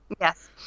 Yes